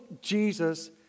Jesus